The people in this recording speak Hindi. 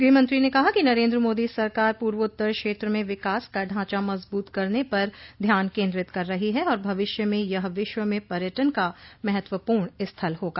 गृहमंत्री ने कहा कि नरेन्द्र मोदी सरकार पूर्वोत्तर क्षेत्र में विकास का ढ़ांचा मजबूत करने पर ध्यान केंद्रित कर रही है और भविष्य में यह विश्व में पर्यटन का महत्वपूर्ण स्थल होगा